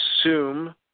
assume